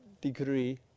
degree